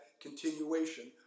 continuation